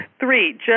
Three